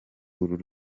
uru